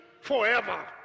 forever